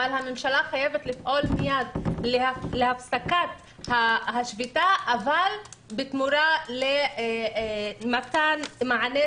אבל הממשלה חייבת לפעול מיד להפסקת השביתה אבל בתמורה למתן מענה